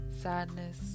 sadness